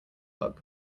bug